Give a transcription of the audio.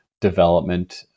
development